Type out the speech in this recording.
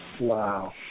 Wow